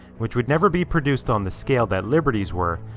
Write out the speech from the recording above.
which would never be produced on the scale that liberty's were,